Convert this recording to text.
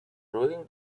doing